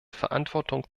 verantwortung